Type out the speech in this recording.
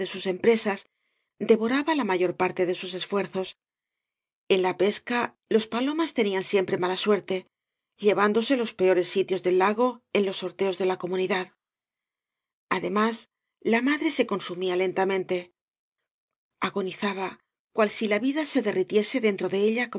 bus empresas devoraba la mayor parte de sus esfuerzos en la pesca los palomas tenían siempre mala suerte llevándose les peores sitios del lago en los sorteos de la comunidad además la madre se consumía lentamente agonizaba cual sí la vida se derri tiese dentro de ella